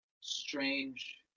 strange